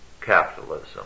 capitalism